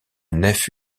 nef